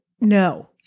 No